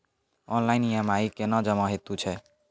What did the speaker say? Online EMI कूना जमा हेतु छै?